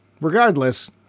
regardless